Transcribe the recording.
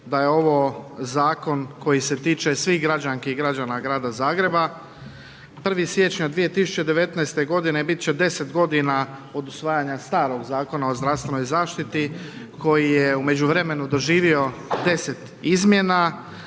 da je ovo Zakon koji se tiče svih građanki i građana grada Zagreba. 1. siječnja 2019. godine biti će 10 godina od usvajanja starog Zakona o zdravstvenoj zaštiti koji je u međuvremenu doživio 10 izmjena.